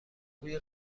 بوی